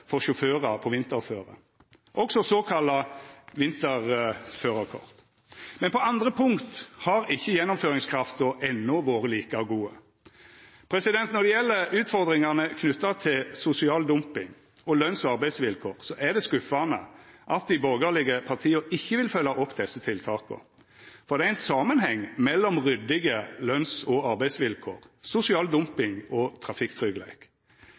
for sjåførar på vinterføre, såkalla vinterførarkort. Men på andre punkt har ikkje gjennomføringskrafta ennå vore like god. Når det gjeld utfordringane knytte til sosial dumping og løns- og arbeidsvilkår, er det skuffande at dei borgarlege partia ikkje vil følgja opp desse tiltaka – for det er ein samanheng mellom ryddige løns- og arbeidsvilkår, sosial dumping og